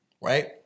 Right